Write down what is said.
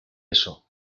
eso